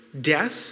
death